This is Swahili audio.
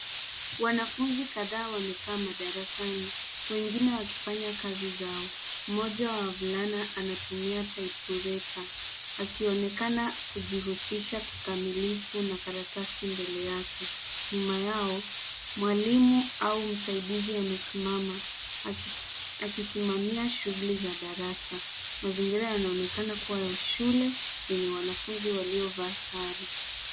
Wanafunzi kadhaa wamekaa madarasani. Wengine wakifanya kazi zao, mmoja wa wavulana anatumia typewriter akionekana kujihusisha kikamilifu na karatasi mbele yake. Nyuma yao mwalimu au msaidizi amesimama akisimamia shughuli za darasa. Mazingira yanaonekana kuwa ya shule yenye wanafunzi walivaa sare.